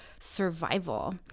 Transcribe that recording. survival